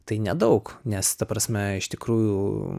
tai nedaug nes ta prasme iš tikrųjų